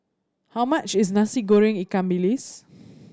how much is Nasi Goreng ikan bilis